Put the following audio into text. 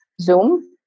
Zoom